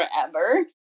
forever